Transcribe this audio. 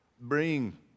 bring